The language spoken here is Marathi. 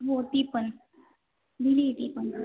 हो ती पण मिनी आहे ती पण